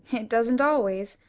it doesn't always.